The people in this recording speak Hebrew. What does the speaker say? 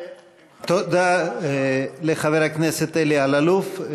תודה לחבר הכנסת אלי אלאלוף.